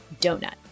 donut